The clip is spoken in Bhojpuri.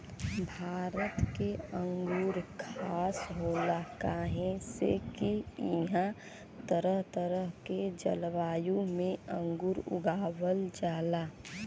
भारत के अंगूर खास होला काहे से की इहां तरह तरह के जलवायु में अंगूर उगावल जाला